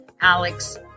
Alex